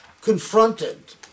confronted